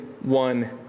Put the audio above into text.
one